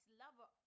lover